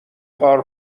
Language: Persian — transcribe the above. غار